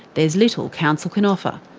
there's little council can offer.